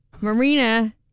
Marina